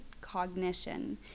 cognition